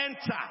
enter